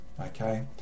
okay